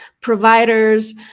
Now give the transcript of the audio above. providers